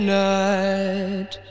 night